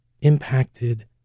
impacted